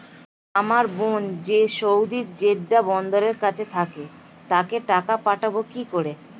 আমার বোন যে সৌদির জেড্ডা বন্দরের কাছে থাকে তাকে টাকা পাঠাবো কি করে?